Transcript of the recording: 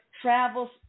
travels